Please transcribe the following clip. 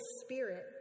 Spirit